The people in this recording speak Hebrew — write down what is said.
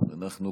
אנחנו,